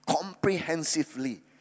comprehensively